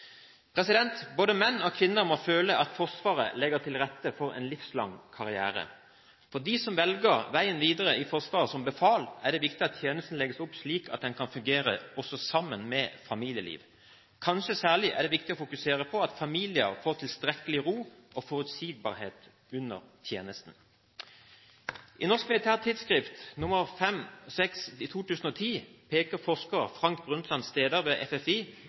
Både menn og kvinner må føle at Forsvaret legger til rette for en livslang karriere. For dem som velger veien videre i Forsvaret som befal, er det viktig at tjenesten legges opp slik at den kan fungere også sammen med familieliv. Kanskje særlig er det viktig å fokusere på at familier får tilstrekkelig ro og forutsigbarhet under tjenesten. I Norsk Militært Tidsskrift nr. 5/6> – 2010 peker forsker Frank Brundtland Steder ved Forsvarets forskningsinstitutt, FFI,